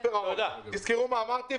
תזכרו מה אמרתי.